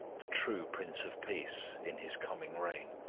the true prince of peace, in his coming reign.